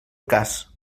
cas